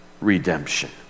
redemption